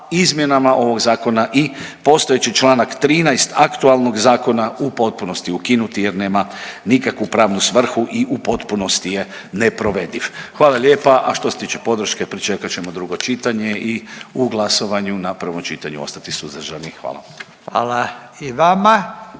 izmjenama ovog zakona i postojeći čl. 13. aktualnog zakona, u potpunosti ukinuti jer nema nikakvu pravnu svrhu i u potpunosti je neprovediv. Hvala lijepa, a što se tiče podrške pričekat ćemo drugo čitanje i u glasovanju na prvom čitanju ostati suzdržani. Hvala. **Radin,